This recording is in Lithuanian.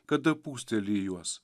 kada pūsteli į juos